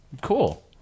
cool